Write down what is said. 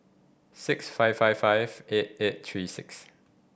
six five five five eight eight three six